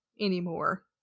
anymore